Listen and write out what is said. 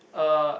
uh